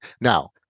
Now